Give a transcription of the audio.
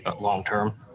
long-term